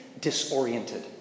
disoriented